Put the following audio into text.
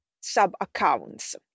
sub-accounts